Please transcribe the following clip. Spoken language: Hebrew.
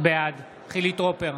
בעד חילי טרופר,